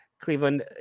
Cleveland